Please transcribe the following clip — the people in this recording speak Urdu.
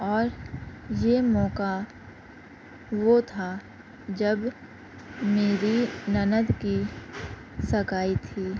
اور یہ موقع وہ تھا جب میری نند کی سگائی تھی